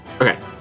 Okay